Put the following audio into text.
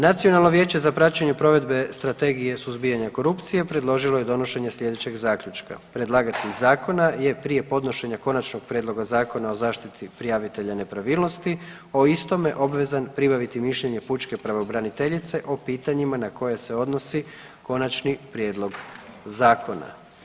Nacionalno vijeće za praćenje provedbe Strategije suzbijanja korupcije predložilo je donošenje sljedećeg zaključka: Predlagatelj zakona je prije podnošenja Konačnog prijedloga zakona o zaštiti prijavitelja nepravilnosti o istome obvezan pribaviti mišljenje pučke pravobraniteljice o pitanjima na koje se odnosi konačni prijedlog zakona.